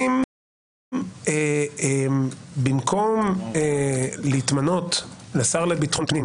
אם במקום להתמנות לשר לביטחון פנים,